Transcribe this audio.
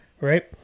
Right